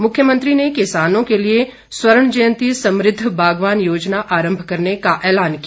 मुख्यमंत्री ने किसानों के लिए स्वर्ण जयंती समृद्ध बागवान योजना आरंभ करने का ऐलान किया